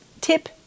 tip